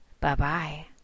Bye-bye